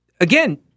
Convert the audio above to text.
Again